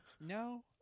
no